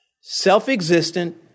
self-existent